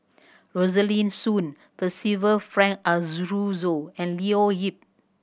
Rosaline Soon Percival Frank Aroozoo and Leo Yip